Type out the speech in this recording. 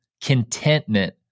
contentment